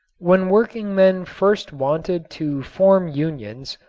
when workingmen first wanted to form unions,